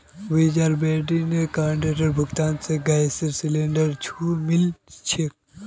visa debit कार्डेर भुगतान स गैस सिलेंडरत छूट मिल छेक